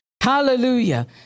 Hallelujah